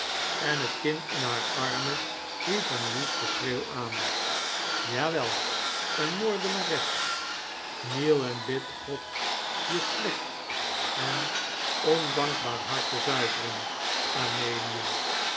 en het kind in haar armen hief een woest geschreeuw aan jawel een moordenares kniel en bid god je slecht en ondankbaar hart te zuiveren amelia